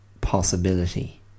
possibility